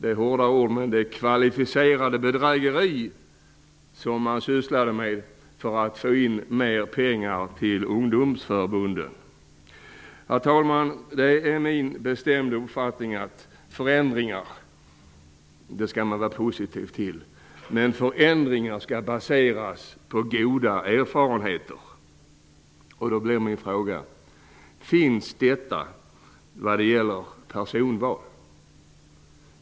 Det är hårda ord, men det var kvalificerat bedrägeri som man sysslade med för att få in mer pengar till ungdomsförbunden. Det är min bestämda uppfattning att man skall vara positiv till förändringar. Men förändringar skall baseras på goda erfarenheter. Finns det sådana vad gäller personval?